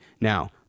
Now